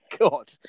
God